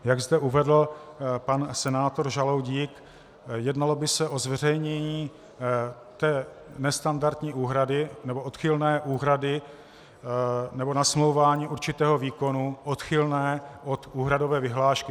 Jak zde uvedl pan senátor Žaloudík, jednalo by se o zveřejnění té nestandardní úhrady nebo odchylné úhrady nebo nasmlouvání určitého výkonu odchylné od úhradové vyhlášky.